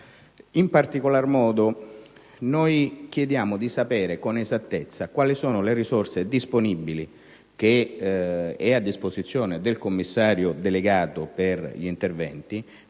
In particolar modo, chiediamo di sapere con esattezza quali siano le risorse a disposizione del Commissario delegato per gli interventi